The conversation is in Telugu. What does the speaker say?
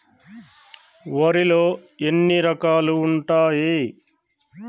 వరిలో ఎన్ని రకాలు ఉంటాయి?